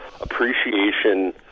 appreciation